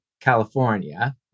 California